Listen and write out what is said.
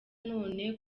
none